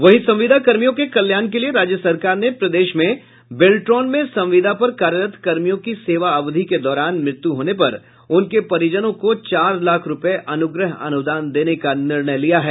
वहीं संविदा कर्मियों के कल्याण के लिए राज्य सरकार ने प्रदेश में बेल्ट्रॉन में संविदा पर कार्यरत कर्मियों की सेवा अवधि के दौरान मृत्यु होने पर उनके परिजनों को चार लाख रुपये अनुग्रह अनुदान देने का निर्णय लिया है